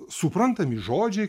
suprantami žodžiai